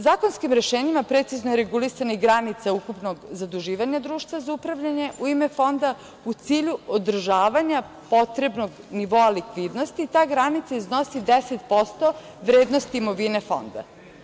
Zakonskim rešenjima precizno je regulisana i granica ukupnog zaduživanja društva za upravljanje u ime fonda, u cilju održavanja potrebnog nivoa likvidnosti i ta granica iznosi 10% vrednosti imovine fonda.